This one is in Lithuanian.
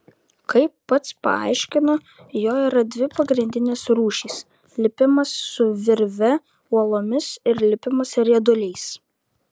kaip pats paaiškino jo yra dvi pagrindinės rūšys lipimas su virve uolomis ir lipimas rieduliais